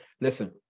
Listen